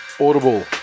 Audible